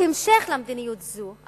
בהמשך למדיניות הזאת,